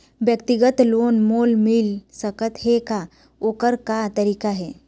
व्यक्तिगत लोन मोल मिल सकत हे का, ओकर का तरीका हे?